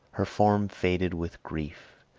her form faded with grief,